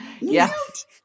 Yes